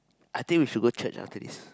I think we should go church after this